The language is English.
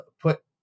put